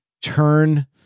turn